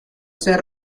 ser